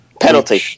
Penalty